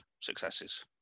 successes